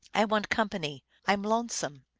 i want company i m lonesome!